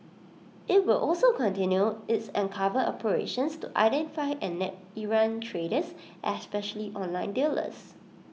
IT will also continue its undercover operations to identify and nab errant traders especially online dealers